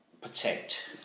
protect